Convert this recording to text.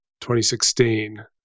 2016